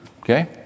Okay